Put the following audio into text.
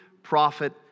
prophet